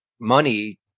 money